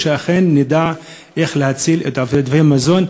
שנדע איך להציל את עודפי המזון,